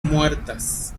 muertas